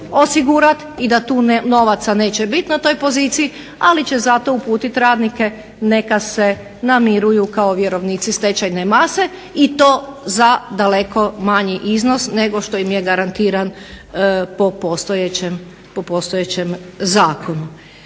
osigurati i da tu neće novaca biti na toj poziciji, ali će zato uputiti radnike neka se namiruju kao vjerovnici stečajne mase i to za daleko manji iznos nego što im je garantiran po postojećem zakonu.